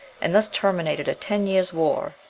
and thus terminated a ten-years' war.